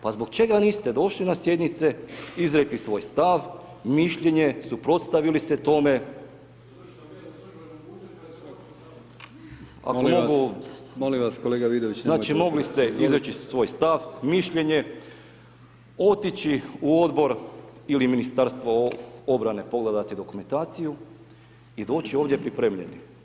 Pa zbog čega niste došli na sjednice, izrekli svoj stav, mišljenje, suprotstavili se tome [[Upadica predsjednik: Molim vas kolega Vidović]] ako mogu, znači, mogli ste izreći svoj stav, mišljenje, otići u Odbor ili Ministarstvo obrane pogledati dokumentaciju i doći ovdje pripremljeni.